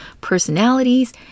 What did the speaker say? personalities